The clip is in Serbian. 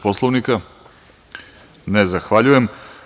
Poslovnika? (Ne.) Zahvaljujem.